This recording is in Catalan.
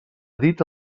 dita